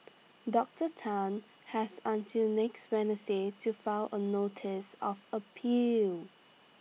Doctor Tan has until next Wednesday to file A notice of appeal